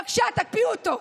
בבקשה, תקפיאו אותו.